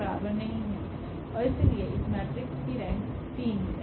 1≠0और इसलिए इस मेट्रिक्स की रेंक 3 है